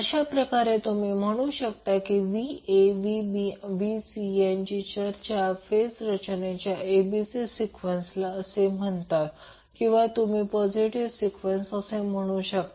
अशा प्रकारे तुम्ही म्हणू शकता की VaVbVc यांची रचना याला फेज रचनेचा abc सिक्वेन्स असे म्हणतात किंवा तुम्ही याला पॉझिटिव्ह सिक्वेन्स असेही म्हणू शकता